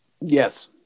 Yes